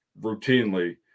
routinely